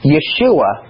Yeshua